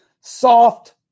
soft